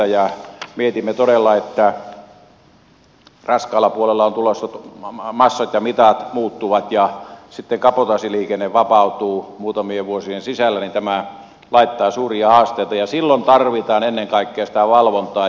kun mietimme todella että raskaalla puolella massat ja mitat muuttuvat ja sitten kabotaasiliikenne vapautuu muutamien vuosien sisällä niin tämä laittaa suuria haasteita ja silloin tarvitaan ennen kaikkea sitä valvontaa